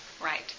right